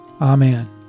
Amen